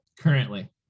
Currently